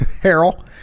Harold